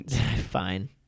Fine